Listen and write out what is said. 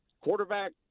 Quarterback